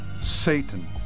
Satan